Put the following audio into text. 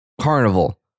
carnival